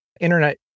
internet